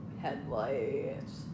headlights